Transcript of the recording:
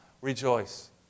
rejoice